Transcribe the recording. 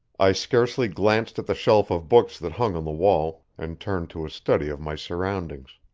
i scarcely glanced at the shelf of books that hung on the wall, and turned to a study of my surroundings.